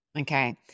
Okay